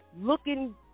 looking